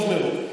טוב מאוד.